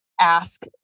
ask